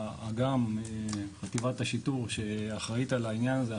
האג"מ - חטיבת השיטור שאחראית על העניין הזה,